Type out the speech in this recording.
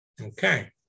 Okay